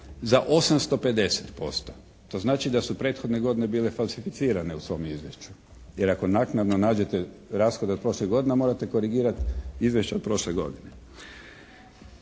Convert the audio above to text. za 850%. To znači da su prethodne godine bile falsificirane u svom izvješću, jer ako naknadno nađete rashode od prošle godine morate korigirati izvješća od prošle godine.